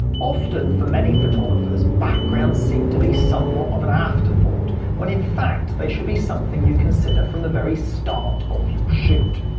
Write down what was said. often for many photographers backgrounds seem to be somewhat of an afterthought when in fact they should be something you consider from the very start of your shoot.